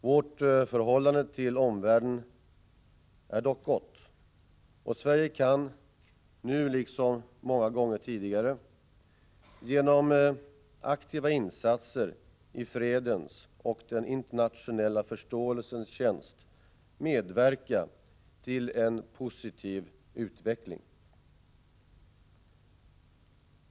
Vårt förhållande till omvärlden är dock gott, och Sverige kan nu, liksom många gånger tidigare, genom aktiva insatser i fredens och den internationella förståelsens tjänst medverka till en positiv utveckling.